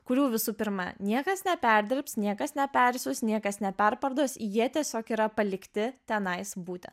kurių visų pirma niekas neperdirbs niekas nepersiūs niekas neperparduos jie tiesiog yra palikti tenais būti